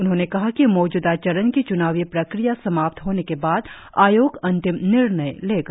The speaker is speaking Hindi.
उन्होंने कहा कि मौजूदा चरण की च्नावी प्रक्रिया समाप्त होने के बाद आयोग अंतिम निर्णय लेगा